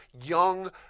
young